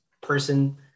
person